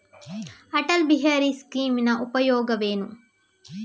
ಅಟಲ್ ಬಿಹಾರಿ ಸ್ಕೀಮಿನ ಉಪಯೋಗವೇನು?